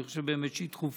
אני באמת חושב שהיא דחופה.